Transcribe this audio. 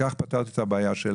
וכך פתרתי את הבעיה של